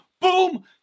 Boom